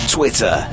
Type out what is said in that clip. Twitter